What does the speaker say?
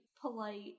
polite